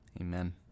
Amen